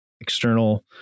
external